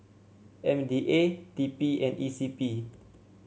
M D A T P and E C P